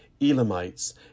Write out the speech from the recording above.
Elamites